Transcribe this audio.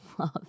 love